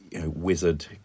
Wizard